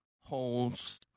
holds